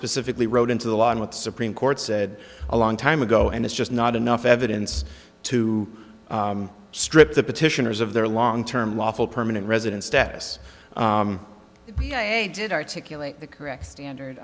specifically wrote into the law and with supreme court said a long time ago and it's just not enough evidence to strip the petitioners of their long term lawful permanent resident status yeah they did articulate the correct standard